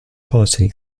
policy